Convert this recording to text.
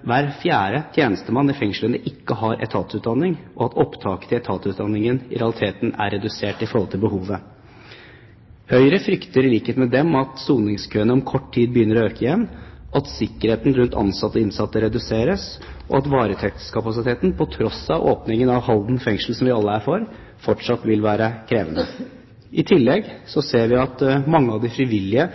hver fjerde tjenestemann i fengslene ikke har etatsutdanning, og at opptaket til etatsutdanningen i realiteten er redusert i forhold til behovet. Høyre frykter, i likhet med dem, at soningskøene om kort tid begynner å øke igjen, at sikkerheten rundt ansatte og innsatte reduseres, og at varetektskapasiteten – til tross for åpningen av Halden fengsel, som vi alle er for – fortsatt vil være krevende. I tillegg føler mange av de frivillige